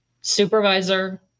supervisor